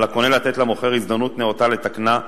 על הקונה לתת למוכר הזדמנות נאותה לתקנה,